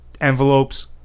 Envelopes